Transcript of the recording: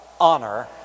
honor